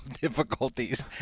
difficulties